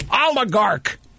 oligarch